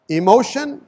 emotion